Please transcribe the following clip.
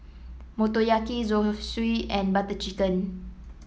Motoyaki Zosui and Butter Chicken